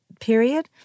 period